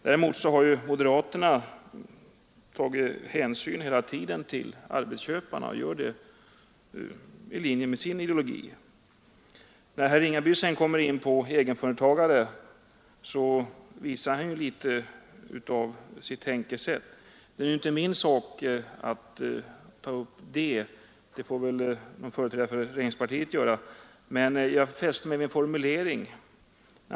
Däremot har moderaterna hela tiden tagit hänsyn till arbetsköparna, och det gör de i linje med sin ideologi. När herr Ringaby sedan kommer in på frågan om egenföretagarna visar han litet av sitt tänkesätt. Det är inte min sak att bemöta honom på den punkten — det får företrädare för regeringspartiet göra — men jag fäste mig vid en formulering i hans anförande.